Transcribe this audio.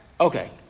okay